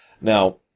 Now